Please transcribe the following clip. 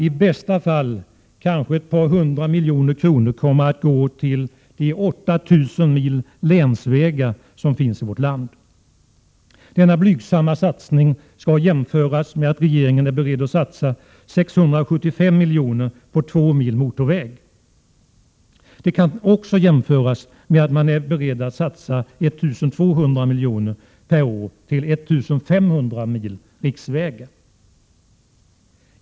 I bästa fall kanske ett par hundra miljoner kronor kommer att gå till de 8 000 mil länsvägar som finns i vårt land. Denna blygsamma satsning skall jämföras med att regeringen är beredd att satsa 675 milj.kr. på två mil motorväg. Det kan också jämföras med att man är beredd att satsa 1 200 milj.kr. per år till I 500 mil riksvägar.